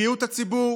בריאות הציבור,